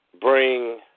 bring